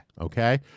Okay